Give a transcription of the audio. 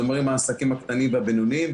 זה אומר עם העסקים הקטנים והבינוניים,